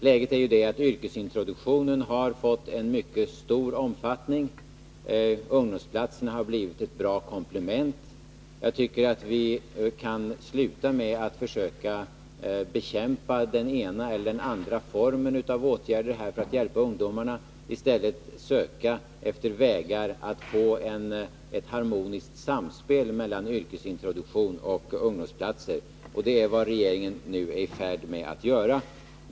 Läget är ju det att yrkesintroduktionen har fått en mycket stor omfattning. Ungdomsplatserna har blivit ett bra komplement. Jag tycker att vi kan sluta med att bekämpa den ena eller andra formen av åtgärder för att hjälpa ungdomarna och i stället söka efter vägar att få ett harmoniskt samspel mellan yrkesintroduktion och ungdomsplatser. Det är vad regeringen nu är i färd med att göra.